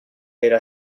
era